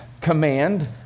command